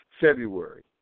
February